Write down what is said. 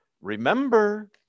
remember